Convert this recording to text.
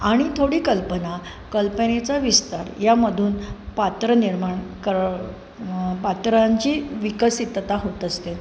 आणि थोडी कल्पना कल्पनेचा विस्तार यामधून पात्र निर्माण कर पात्रांची विकसितता होत असते